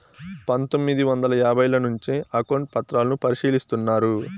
పందొమ్మిది వందల యాభైల నుంచే అకౌంట్ పత్రాలను పరిశీలిస్తున్నారు